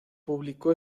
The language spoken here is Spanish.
publicó